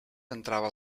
entrava